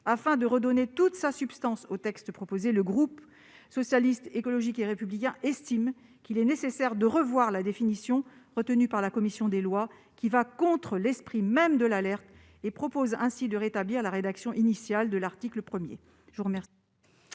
Afin de redonner toute sa substance au texte proposé, le groupe Socialiste, Écologiste et Républicain estime qu'il est nécessaire de revoir la définition retenue par la commission des lois, qui est contraire à l'esprit même de l'alerte. Nous vous proposons donc de rétablir la rédaction initiale de l'article 1.